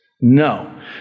No